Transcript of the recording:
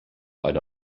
eine